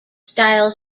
style